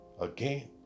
Again